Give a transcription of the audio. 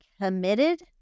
committed